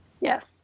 Yes